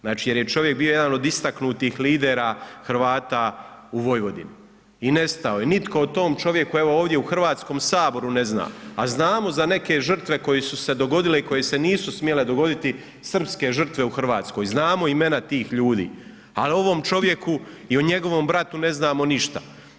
Znači jer je čovjek bio jedan od istaknutih lidera Hrvata u Vojvodini, i nestao je, nitko o tom čovjeku, evo ovdje u Hrvatskom saboru ne zna, a znamo za neke žrtve koje su se dogodile i koje se nisu smjele dogoditi, srpske žrtve u Hrvatskoj, znamo imena tih ljudi, ali o ovom čovjeku i o njegovom bratu ne znamo ništa.